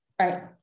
right